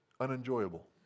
unenjoyable